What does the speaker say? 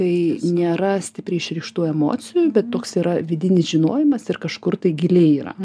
kai nėra stipriai išreikštų emocijų bet toks yra vidinis žinojimas ir kažkur tai giliai yra